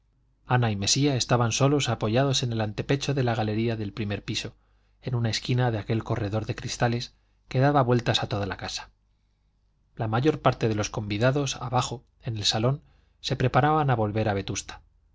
ana y mesía estaban solos apoyados en el antepecho de la galería del primer piso en una esquina de aquel corredor de cristales que daba vuelta a toda la casa la mayor parte de los convidados abajo en el salón se preparaban a volver a vetusta